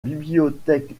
bibliothèque